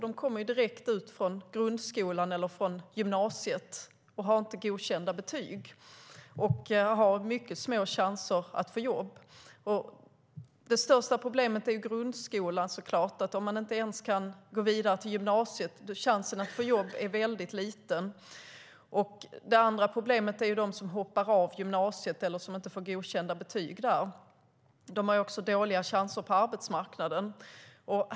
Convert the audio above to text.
De kommer direkt från grundskolan eller gymnasiet utan godkända betyg och har mycket små chanser att få jobb. Det största problemet är såklart grundskolan. Om man inte ens kan gå vidare till gymnasiet är chansen att få jobb väldigt liten. Det andra problemet är de som hoppar av gymnasiet eller inte får godkända betyg där. De har också dåliga chanser på arbetsmarknaden.